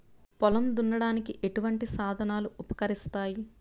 పొలం దున్నడానికి ఎటువంటి సాధనాలు ఉపకరిస్తాయి?